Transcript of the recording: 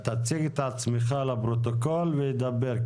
תציג את עצמך לפרוטוקול ודבר.